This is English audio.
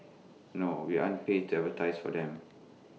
no we aren't paid to advertise for them